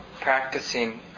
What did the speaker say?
practicing